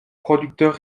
producteurs